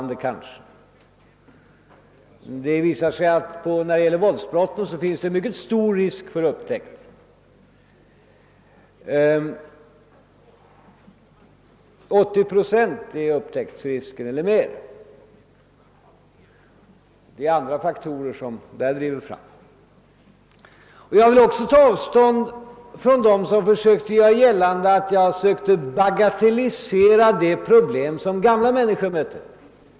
Det visar sig att vad beträffar våldsbrotten finns det en mycket stor risk för upptäckt, i 80 procent eller mer. Det är andra faktorer som i fråga om dessa brott är avgörande. Jag vill också ta avstånd från dem som sökte göra gällande, att jag försökte bagatellisera det problem som gamla människor möter.